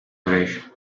brescia